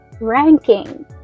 ranking